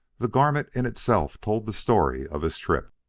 the garment in itself told the story of his trip.